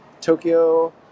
Tokyo